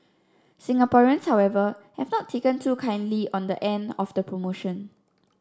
Singaporeans however have not taken too kindly on the end of the promotion